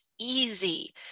easy